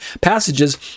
passages